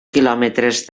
quilòmetres